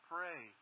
Pray